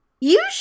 Usually